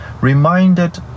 reminded